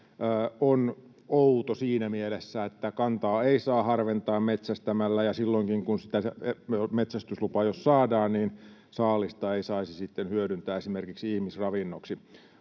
on outo siinä mielessä, että kantaa ei saa harventaa metsästämällä ja silloinkaan, jos metsästyslupa saadaan, saalista ei saisi sitten hyödyntää esimerkiksi ihmisravinnoksi.